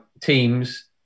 teams